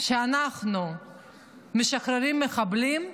אנחנו משחררים מחבלים,